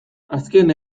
azken